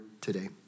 today